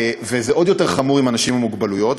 וזה עוד יותר חמור עם אנשים עם מוגבלות.